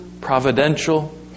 providential